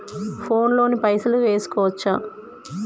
Phone తోని పైసలు వేసుకోవచ్చా?